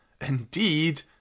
Indeed